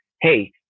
Hey